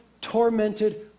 tormented